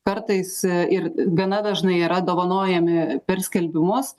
kartais ir gana dažnai yra dovanojami per skelbimus